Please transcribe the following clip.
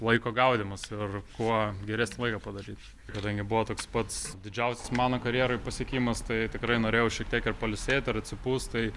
laiko gaudymas ir kuo geresnį laiką padaryt kadangi buvo toks pats didžiausias mano karjeroj pasiekimas tai tikrai norėjau šiek tiek ir pailsėt ir atsipūst tai